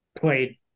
played